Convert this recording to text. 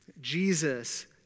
Jesus